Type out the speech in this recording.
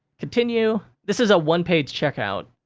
continue, this is a one-page checkout,